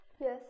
Yes